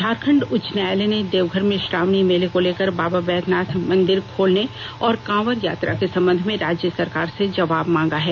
झारखंड उच्च न्यायालय ने देवघर में श्रावणी मेले को लेकर बाबा वैद्यनाथधाम मंदिर खोलने और कांवर यात्रा के संबंध राज्य सरकार से जवाब मांगा है